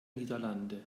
niederlande